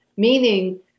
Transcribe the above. meaning